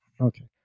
Okay